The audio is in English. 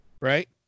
right